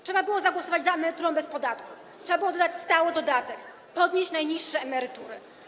Trzeba było zagłosować za emeryturą bez podatku, trzeba było dać stały dodatek, podnieść najniższe emerytury.